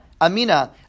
amina